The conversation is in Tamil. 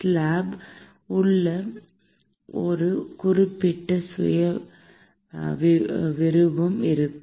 ஸ்லாப் உள்ளே ஒரு குறிப்பிட்ட சுயவிவரம் இருக்கும்